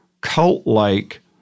cult-like